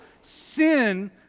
sin